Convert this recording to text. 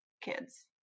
kids